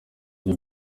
by’u